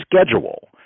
schedule